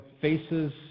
faces